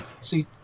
see